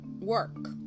work